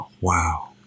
Wow